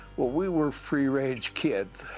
well, we were free-range kids.